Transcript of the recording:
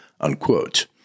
unquote